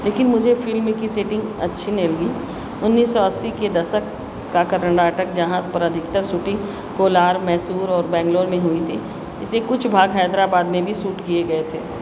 लेकिन मुझे फिल्म की सेटिंग अच्छी नहीं लगी उन्नीस सौ अस्सी के दशक का कर्नाटक जहाँ पर अधिकतर शूटिंग कोलार मैसूर और बैंगलोर में हुई थी इसके कुछ भाग हैदराबाद में भी शूट किए गए थे